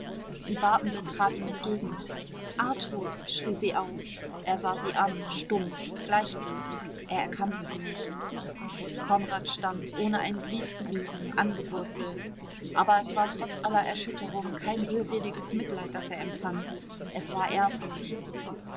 die wartende trat ihm entgegen arthur schrie sie auf er sah sie an stumpf gleichgültig er erkannte sie nicht konrad stand ohne ein glied zu rühren angewurzelt aber es war trotz aller erschütterung kein rührseliges mitleid das er empfand es war ehrfurcht